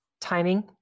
timing